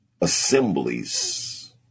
assemblies